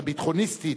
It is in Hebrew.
הביטחוניסטית,